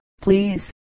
Please